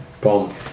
Boom